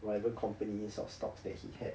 whatever companies or stocks that he had